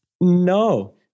No